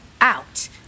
Out